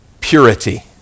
purity